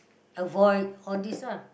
avoid all this lah